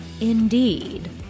indeed